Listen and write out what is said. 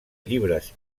llibres